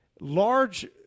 Large